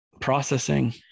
processing